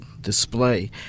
display